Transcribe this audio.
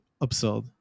absurd